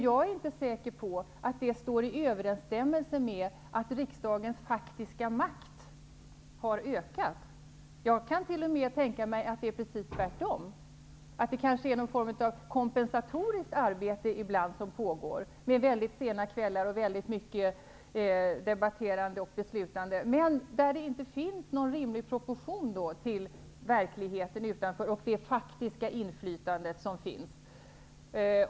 Jag är inte säker på att detta betyder att riksdagens faktiska makt har ökat, utan jag kan t.o.m. tänka mig att det är precis tvärtom -- att det ibland är något slags kompensatoriskt arbete som pågår under väldigt sena kvällar och mycket debatterande och som inte står i någon rimlig proportion till verkligheten utanför detta hus och till det faktiska inflytande som riksdagen har.